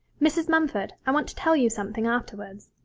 mrs. mumford, i want to tell you something afterwards